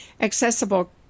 accessible